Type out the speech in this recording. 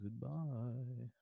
Goodbye